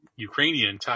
Ukrainian